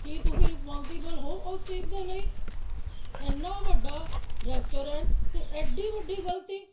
ਕੀ ਤੁਸੀਂ ਰਿਸਪੋਂਸੀਬਲ ਹੋ ਉਸ ਚੀਜ਼ ਦੇ ਲਈ ਐਨਾ ਵੱਡਾ ਰੈਸਟੋਰੈਂਟ ਅਤੇ ਐਡੀ ਵੱਡੀ ਗ਼ਲਤੀ